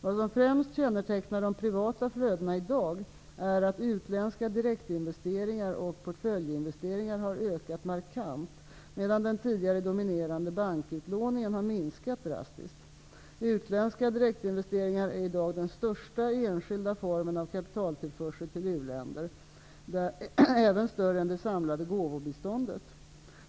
Vad som främst kännetecknar de privata flödena i dag är att utländska direktinvesteringar och portföljinvesteringar har ökat markant, medan den tidigare dominerande bankutlåningen har minskat drastiskt. Utländska direktinvesteringar är i dag den största enskilda formen av kapitaltillförsel till u-länder, även större än det samlade gåvobiståndet.